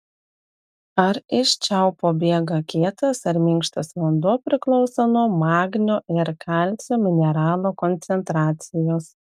ar iš čiaupo bėga kietas ar minkštas vanduo priklauso nuo magnio ir kalcio mineralų koncentracijos